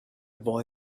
boy